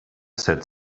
said